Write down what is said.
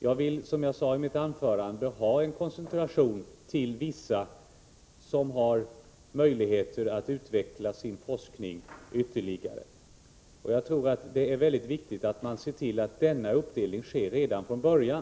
Som jag sade i mitt anförande vill jag ha en koncentration till vissa av dem, som har möjligheter att utveckla sin forskning ytterligare. Jag tror att det är mycket viktigt att se till att denna uppdelning sker redan från början.